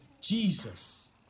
Jesus